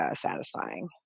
satisfying